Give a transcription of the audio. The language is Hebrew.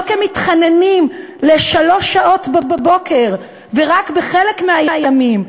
לא כמתחננים לשלוש שעות בבוקר ורק בחלק מהימים,